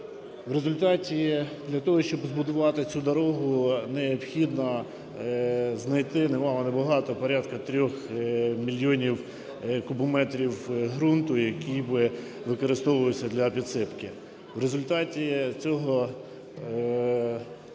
В результаті, для того, щоб збудувати цю дорогу, необхідно знайти, немало-небагато, порядку 3 мільйонів кубометрів ґрунту, який би використовувався для підсипки.